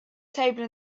table